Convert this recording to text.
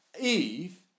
Eve